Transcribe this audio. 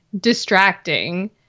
distracting